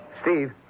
Steve